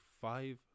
five